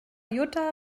jutta